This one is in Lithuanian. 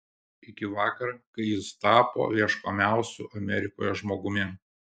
iki vakar kai jis tapo ieškomiausiu amerikoje žmogumi